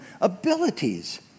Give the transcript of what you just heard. abilities